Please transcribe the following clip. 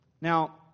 Now